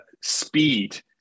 speed